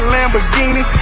Lamborghini